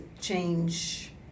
change